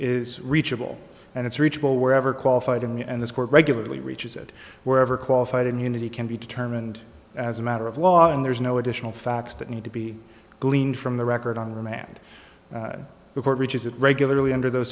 is reachable and it's reachable wherever qualified and this court regularly reaches it wherever qualified immunity can be determined as a matter of law and there's no additional facts that need to be gleaned from the record on remand before it reaches it regularly under those